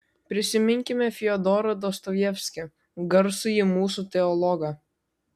prisiminkime fiodorą dostojevskį garsųjį mūsų teologą